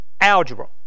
algebra